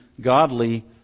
godly